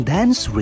Dance